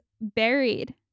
buried